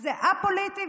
זה א-פוליטי,